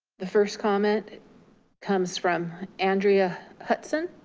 the first comment comes from andrea hutson.